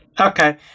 Okay